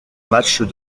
matchs